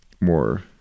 more